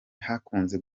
hakunze